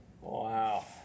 Wow